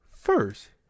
first